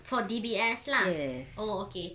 for D_B_S lah oh okay